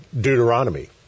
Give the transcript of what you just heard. Deuteronomy